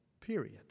period